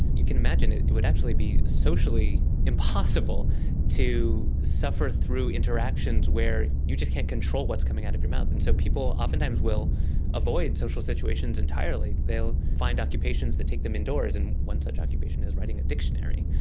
you can imagine it would actually be socially impossible to suffer through interactions where you just can't control what's coming out of your mouth. and so people oftentimes will avoid social situations entirely. they'll find occupations that take them indoors, and one such occupation is writing a dictionary.